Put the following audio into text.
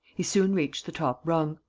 he soon reached the top rung.